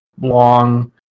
long